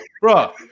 bro